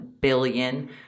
billion